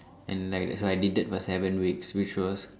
and like that's why I did that for seven weeks which was